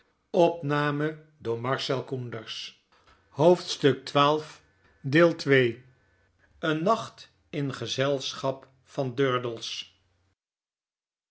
hoofdstuk xii een nacht in gezelschap van durdels